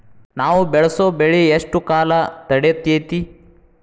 ನಾವು ಬೆಳಸೋ ಬೆಳಿ ಎಷ್ಟು ಕಾಲ ತಡೇತೇತಿ?